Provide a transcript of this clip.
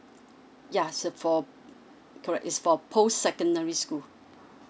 ya so for correct it's for post secondary school